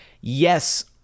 Yes